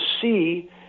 see